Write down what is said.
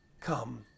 come